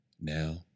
Now